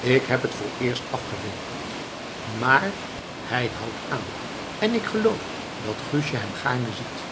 ik heb t vooreerst afgewimpeld maar hij houdt aan en ik geloof dat guustje hem gaarne ziet